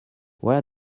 where